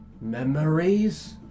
memories